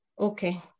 Okay